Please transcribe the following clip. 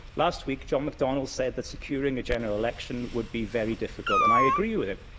last week, john mcdonnell said that securing a general election would be very difficult, and i agree with him.